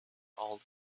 old